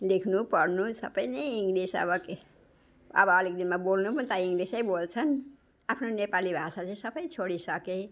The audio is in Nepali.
लेख्नु पढ्नु सबै नै इङ्लिस अब के अब अलिक दिनमा बोल्नु पनि त इङ्लिसै बोल्छन् आफ्नो नेपाली भाषा चाहिँ सबै छोडिसके